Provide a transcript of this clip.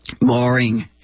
boring